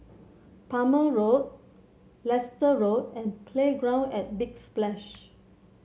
Palmer Road Leicester Road and Playground at Big Splash